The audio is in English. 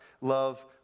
love